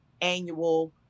annual